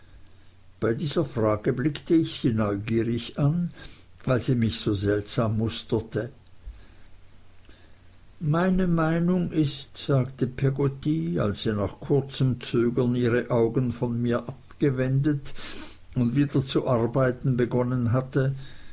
bei dieser frage blickte ich sie neugierig an weil sie mich so seltsam musterte meine meinung ist sagte peggotty als sie nach kurzem zögern ihre augen von mir abgewendet und wieder zu arbeiten begonnen hatte